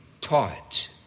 taught